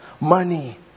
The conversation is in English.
money